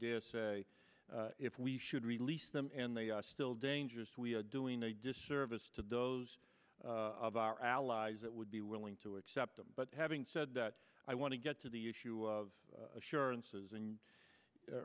ideas if we should release them and they are still dangerous we are doing a disservice to those of our allies that would be willing to accept them but having said that i want to get to the issue of assurances